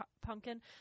pumpkin